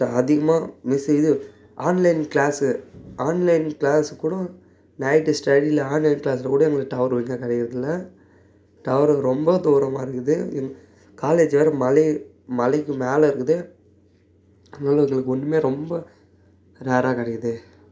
த அதிகமாக மிஸ் இது online class online க்ளாஸ்கூட நைட்டு ஸ்டடியில் ஆன்லைன் க்ளாஸ்லகூட எங்களுக்கு டவர் ஒழுங்கா கிடைக்கிறதில்ல டவரு ரொம்ப தூரமாக இருக்குது காலேஜ் வேற மலை மலைக்கு மேலே இருக்குது ஒன்றுமே ரொம்ப ரேராக கிடைக்கிது